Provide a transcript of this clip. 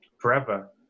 forever